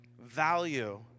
value